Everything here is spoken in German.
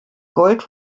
gold